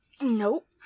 Nope